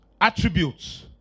Attributes